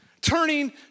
turning